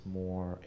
more